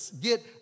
get